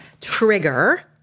trigger